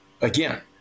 Again